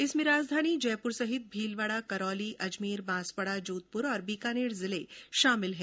इनमें राजधानी जयपुर सहित भीलवाड़ा करौली अजमेर बांसवाड़ा जोधपुर और बीकानेर जिले शामिल हैं